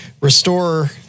restore